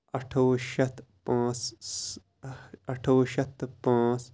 اَٹھووُہ شیٚتھ پانژھ اَٹھووُہ شیٚتھ تہٕ پانژھ